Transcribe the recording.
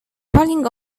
falling